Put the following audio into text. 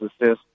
assist